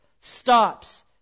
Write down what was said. stops